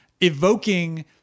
evoking